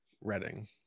Reading